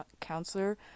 counselor